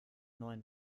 neuen